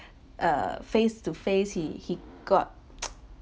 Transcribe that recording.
uh face to face he he got